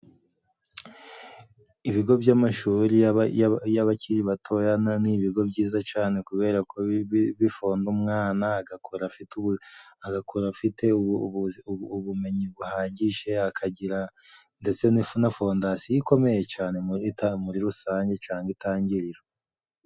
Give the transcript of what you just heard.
Ibigo by'amashuri y'abakiri batoya ni ibigo byiza cane kubera ko bifonda umwana agakura afite agakura afite ubumenyi buhagije, akagira ndetse na fondasiyo ikomeye cyane murita muri rusange cangwa itangiriro.